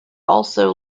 also